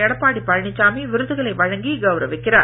எடப்பாடி பழனிச்சாமி விருதுகளை வழங்கி கவுரவிக்கிறார்